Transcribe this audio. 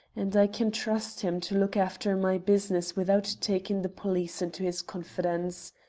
and i can trust him to look after my business without taking the police into his confidence.